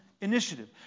initiative